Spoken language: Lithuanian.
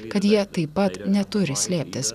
kad jie taip pat neturi slėptis